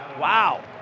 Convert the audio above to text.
Wow